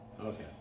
Okay